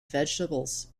vegetables